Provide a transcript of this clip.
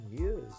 years